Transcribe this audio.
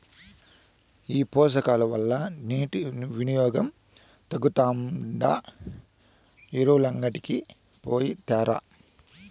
ఈ పోషకాల వల్ల నీటి వినియోగం తగ్గుతాదంట ఎరువులంగడికి పోయి తేరాదా